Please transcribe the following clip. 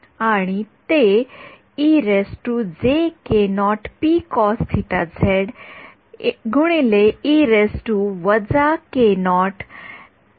याचा अर्थ काय